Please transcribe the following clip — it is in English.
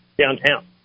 downtown